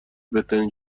بهترین